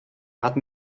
hatten